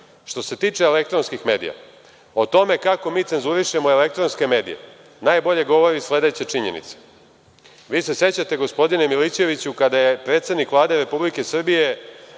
SNS.Što se tiče elektronskih medija, o tome kako mi cenzurišemo elektronske medije, najbolje govori sledeća činjenica. Vi se sećate, gospodine Milićeviću, kada se predsednik Vlade RS obraćao